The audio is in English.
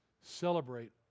celebrate